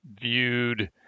viewed